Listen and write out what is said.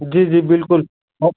जी जी बिल्कुल